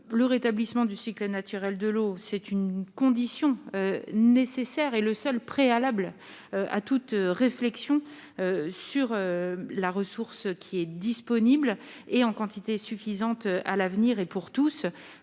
le rétablissement du cycle naturel de l'eau, c'est une condition nécessaire et le seul préalable à toute réflexion sur la ressource qui est disponible et en quantité suffisante à l'avenir et pour tous,